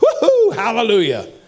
Hallelujah